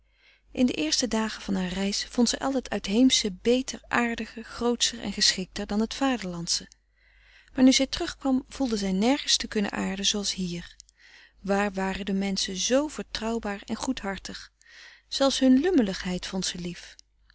in de eerste dagen van haar reis vond zij al het uitheemsche beter aardiger grootscher en geschikter dan het vaderlandsche maar nu zij terugkwam voelde zij nergens te kunnen aarden zooals hier waar waren de menschen zoo vertrouwbaar en goedhartig zelfs hun lummeligheid vond ze lief